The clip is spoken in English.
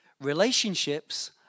Relationships